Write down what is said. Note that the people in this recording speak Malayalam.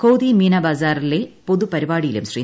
കോതി മീനാ ബസാറിലെ പ്പൊതു പരിപാടിയിലും ശ്രീ